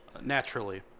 naturally